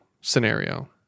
scenario